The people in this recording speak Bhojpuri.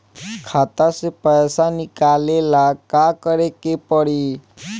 खाता से पैसा निकाले ला का का करे के पड़ी?